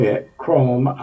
Chrome